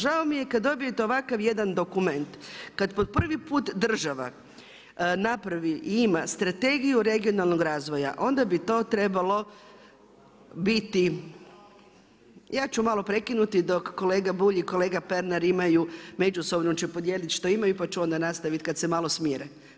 Žao mi je kad dobijete ovakav jedan dokument, kad po prvi put država napravi i ima Strategiju regionalnog razvoja, onda bi to trebalo biti ja ću malo prekinuti, dok kolega Bulj i kolega Pernar imaju međusobno će podijeliti šta imaju, pa ću onda nastaviti kad se malo smire.